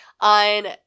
on